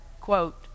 quote